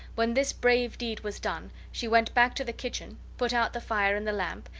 when this brave deed was done she went back to the kitchen, put out the fire and the lamp,